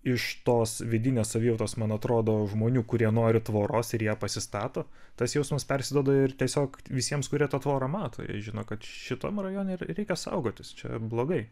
iš tos vidinės savijautos man atrodo žmonių kurie nori tvoros ir ją pasistato tas jausmas persiduoda ir tiesiog visiems kurie tą tvorą mato žino kad šitam rajone ir reikia saugotis čia blogai